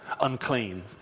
unclean